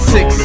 Six